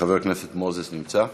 חבר הכנסת מוזס נמצא?